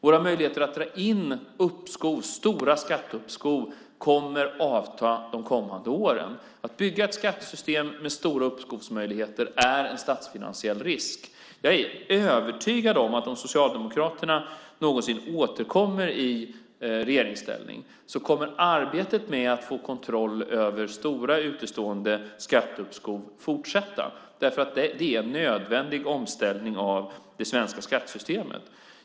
Våra möjligheter att dra in stora skatteuppskov kommer att avta under de kommande åren. Att bygga ett skattesystem med stora uppskovsmöjligheter är en statsfinansiell risk. Jag är övertygad om att om Socialdemokraterna någonsin återkommer i regeringsställning kommer arbetet med att få kontroll över stora utestående skatteuppskov att fortsätta. Det är en nödvändig omställning av det svenska skattesystemet.